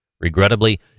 Regrettably